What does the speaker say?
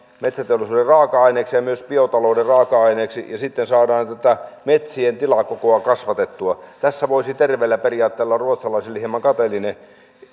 metsäteollisuuden raaka aineeksi ja myös biotalouden raaka aineeksi ja sitten saadaan tätä metsien tilakokoa kasvatettua tässä voisi terveellä periaatteella olla ruotsalaisille hieman kateellinen